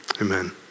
Amen